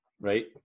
Right